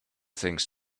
things